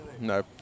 No